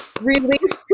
released